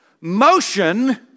Motion